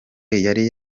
yari